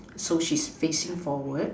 so she's facing forward